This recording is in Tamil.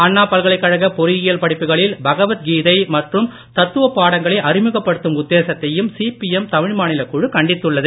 அண்ணா பல்கலைக் கழக பொறியியல் படிப்புகளில் பகவத்கீதை மற்றும் தத்துவப் பாடங்களை அறிமுகப்படுத்தும் உத்தேசத்தையும் சிபிஎம் தமிழ்மாநிலக் குழு கண்டித்துள்ளது